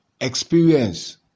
experience